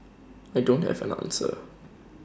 I don't have an answer